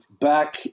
back